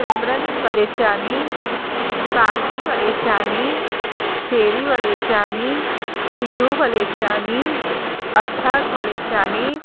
Simran Valechani Saanvi Valechani Cherry Valechani Pihu Valechani Athak Valechani